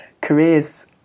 careers